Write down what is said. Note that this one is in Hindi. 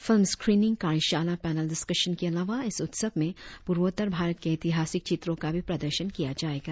फिल्म स्क्रीनिंग कार्यशाला पैनल डिस्काशन के अलावा इस उत्सव में पूर्वोत्तर भारत के एतिहासिक चित्रों का भी प्रदर्शन किया जाएगा